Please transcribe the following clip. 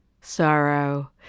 sorrow